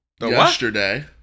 yesterday